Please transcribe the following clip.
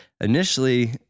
initially